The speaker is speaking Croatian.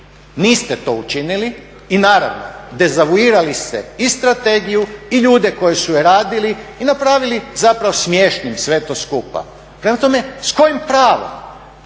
Niste to učinili i naravno dezavuirali ste i strategiju i ljude koji su je radili i napravili zapravo smiješnim sve to skupa. Prema tome, s kojim pravom